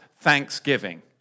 thanksgiving